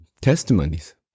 testimonies